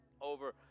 over